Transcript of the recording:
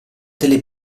delle